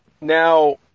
Now